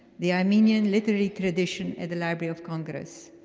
the armenian literary tradition at the library of congress.